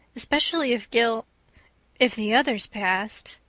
especially if gil if the others passed.